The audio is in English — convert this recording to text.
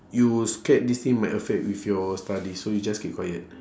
you scared this thing might affect with your studies so you just keep quiet